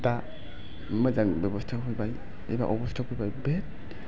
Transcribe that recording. दा मोजां बेब'स्था आव फैबाय एबा अबस्थायाव फैबाय बे